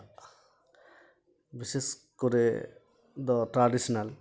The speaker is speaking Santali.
ᱵᱤᱥᱮᱥ ᱠᱚᱨᱮ ᱫᱚ ᱴᱨᱟᱰᱤᱥᱚᱱᱟᱞ